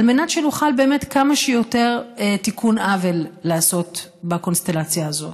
על מנת שנוכל לעשות כמה שיותר תיקון עוול בקונסטלציה הזאת.